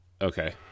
Okay